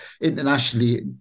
internationally